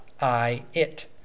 I-it